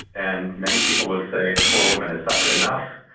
and many people will say the poor woman has suffered enough,